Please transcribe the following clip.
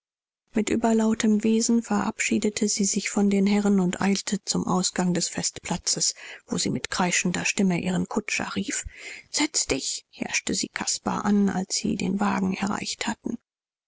mit überlautem wesen verabschiedete sie sich von den herren und eilte zum ausgang des festplatzes wo sie mit kreischender stimme ihren kutscher rief setz dich herrschte sie caspar an als sie den wagen erreicht hatten